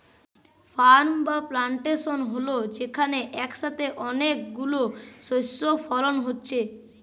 farm বা plantation হল যেখানে একসাথে অনেক গুলো শস্য ফলন হচ্ছে